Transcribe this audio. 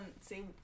see